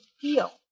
feel